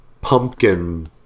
pumpkin